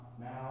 now